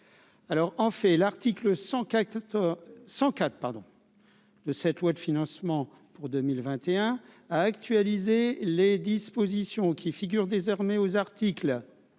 en fait l'article 104 104 pardon. De cette loi de financement pour 2021 à actualiser les dispositions qui figurent désormais aux articles